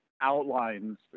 outlines